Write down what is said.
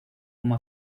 como